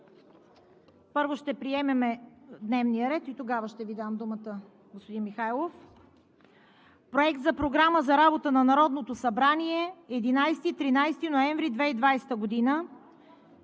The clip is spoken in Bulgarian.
Първо ще приемем дневния ред и тогава ще Ви дам думата, господин Михайлов. Проект за програма за работата на Народното събрание за 11 – 13 ноември 2020 г.: „1.